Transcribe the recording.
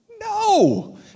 No